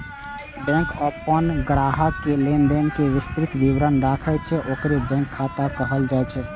bank अपन ग्राहक के लेनदेन के विस्तृत विवरण राखै छै, ओकरे बैंक खाता कहल जाइ छै